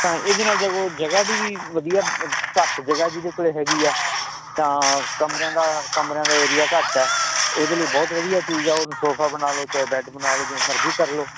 ਤਾਂ ਇਹਦੇ ਨਾਲ ਦੇਖੋ ਜਗ੍ਹਾ ਦੀ ਵੀ ਵਧੀਆ ਘੱਟ ਜਗ੍ਹਾ ਜਿਹਦੇ ਕੋਲ ਹੈਗੀ ਆ ਤਾਂ ਕਮਰਿਆਂ ਦਾ ਕਮਰਿਆਂ ਦਾ ਏਰੀਆ ਘੱਟ ਐ ਉਹਦੇ ਲਈ ਬਹੁਤ ਵਧੀਆ ਚੀਜ ਐ ਉਹਨੂੰ ਸੋਫਾ ਬਣਾ ਲੋ ਚਾਹੇ ਬੈੱਡ ਬਣਾ ਲੋ ਜਿਵੇਂ ਮਰਜੀ ਕਰ ਲੋ